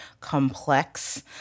complex